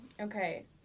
okay